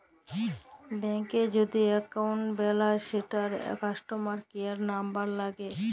ব্যাংকে যদি এক্কাউল্ট বেলায় সেটর কাস্টমার কেয়ার লামবার ল্যাগে